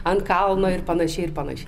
ant kalno ir panašiai ir panašiai